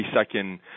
second